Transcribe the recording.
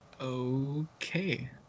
Okay